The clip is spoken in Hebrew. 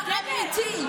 תני לי לסיים.